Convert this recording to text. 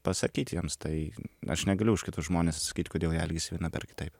pasakyt jiems tai aš negaliu už kitus žmones atsakyt kodėl elgiasi vienaip ar kitaip